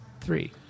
three